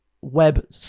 web